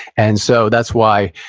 and so, that's why,